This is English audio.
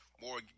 more